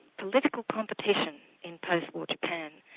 political competition in post-war japan,